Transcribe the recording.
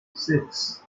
six